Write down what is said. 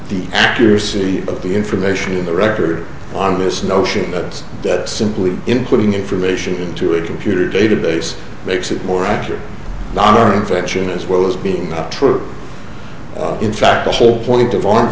the accuracy of the information in the record on this notion that it's simply including information into a computer database makes it more accurate than our infection as well as being true in fact the whole point of